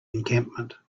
encampment